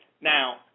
Now